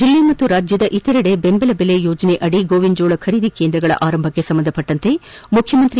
ಜಿಲ್ಲೆ ಪಾಗೂ ರಾಜ್ಯದ ಇತರೆಡೆ ಬೆಂಬಲ ಬೆಲೆ ಯೋಜನೆಯಡಿ ಮೆಕ್ಕೆಜೋಳ ಖರೀದಿ ಕೇಂದ್ರಗಳ ಆರಂಭಕ್ಕೆ ಸಂಬಂಧಿಸಿದಂತೆ ಮುಖ್ಯಮಂತ್ರಿ ಬಿ